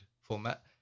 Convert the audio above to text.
format